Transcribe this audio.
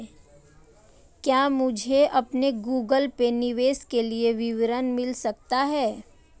क्या मुझे अपने गूगल पे निवेश के लिए विवरण मिल सकता है?